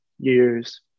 years